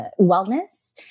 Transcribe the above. Wellness